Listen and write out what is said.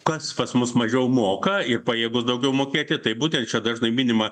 kas pas mus mažiau moka ir pajėgus daugiau mokėti tai būtent čia dažnai minima